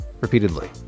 Repeatedly